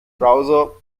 browser